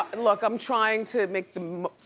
and look, i'm trying to make the, um